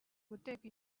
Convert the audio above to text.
guteka